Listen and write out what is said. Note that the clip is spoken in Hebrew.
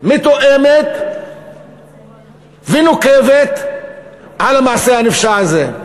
מתואמת ונוקבת על המעשה הנפשע הזה.